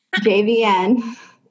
JVN